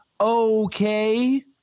okay